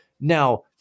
Now